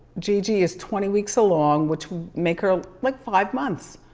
gigi is twenty weeks along, which make her like five months.